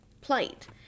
plight